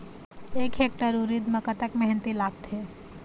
एक हेक्टेयर उरीद म कतक मेहनती लागथे?